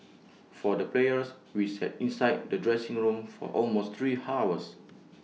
for the players we sat inside the dressing room for almost three hours